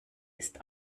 ist